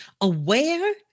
aware